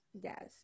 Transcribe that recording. Yes